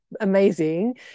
amazing